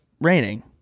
raining